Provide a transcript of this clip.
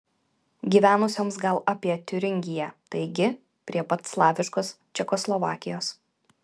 gyvenusioms gal apie tiuringiją taigi prie pat slaviškos čekoslovakijos